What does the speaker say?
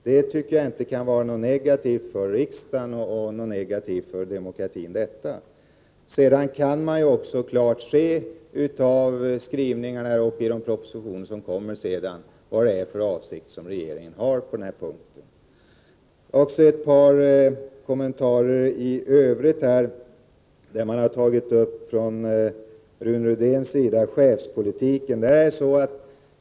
Det tycker jag inte kan vara någonting negativt för riksdagen eller någonting negativt för demokratin. Av skrivningarna i de propositioner som sedan kommer kan man klart se vad det är för avsikter regeringen har på den här punkten. Jag vill också göra några kommentarer i övrigt. Rune Rydén tog upp chefspolitiken.